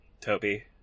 Toby